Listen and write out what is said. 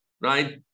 right